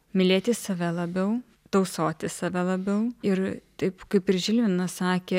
mylėti save labiau tausoti save labiau ir taip kaip ir žilvinas sakė